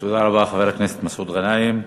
תודה, חבר הכנסת מסעוד גנאים.